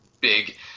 big